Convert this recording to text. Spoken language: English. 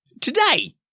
Today